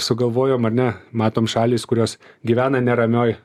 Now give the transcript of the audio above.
sugalvojom ar ne matom šalys kurios gyvena neramioj